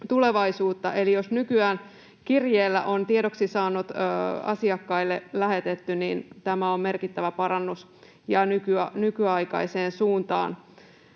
eli jos nykyään kirjeellä on tiedoksiannot asiakkaille lähetetty, niin tämä on merkittävä parannus ja askel nykyaikaiseen suuntaan.